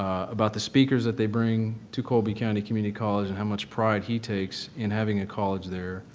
about the speakers that they bring to colby county community college and how much pride he takes in having a college there.